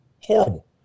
Horrible